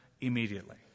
immediately